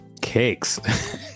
Cakes